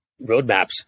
roadmaps